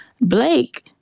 Blake